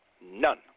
None